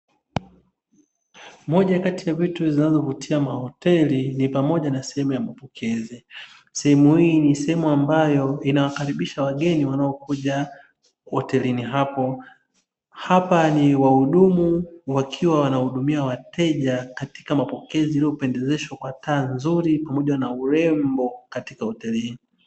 Moja ya vitu vinavyovutia mahoteli ni pamoja na sehemu ya mapokezi, sehemu hii ni sehemu ambayo inawakaribisha wageni wanaokuja hotelini hapo, hapa ni wahudumu wakiwa wanahudumia wateja katika mapokezi iliyopendezeshwa kwa taa nzuri pamoja na urembo katika hoteli hii.